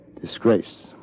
Disgrace